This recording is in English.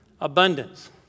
Abundance